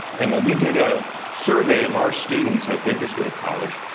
and, when we did a survey of our students at bakersfield college,